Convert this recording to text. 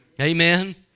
amen